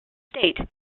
state